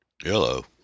Hello